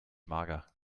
mager